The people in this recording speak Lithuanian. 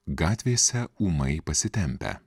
gatvėse ūmai pasitempę